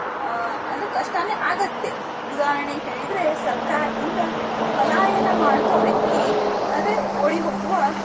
ಅಂದರೆ ಕಷ್ಟನೇ ಆಗತ್ತೆ ಉದಾಹರಣೆಗೆ ಹೇಳಿದರೆ ಸರ್ಕಾರದಿಂದ ಪಲಾಯನ ಮಾಡುವ ವ್ಯಕ್ತಿ ಅಂದರೆ ಓಡಿ ಹೋಗುವ